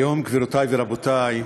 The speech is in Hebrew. היום, גבירותי ורבותי,